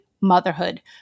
motherhood